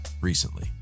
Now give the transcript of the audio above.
recently